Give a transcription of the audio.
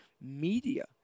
media